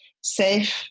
safe